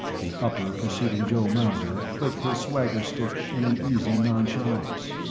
the upper preceding joe mauser flicked his swagger stick in an easy nonchalance.